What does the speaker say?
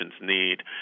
need